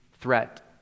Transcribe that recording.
threat